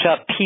up